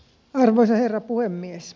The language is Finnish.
arvoisa herra puhemies